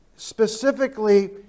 specifically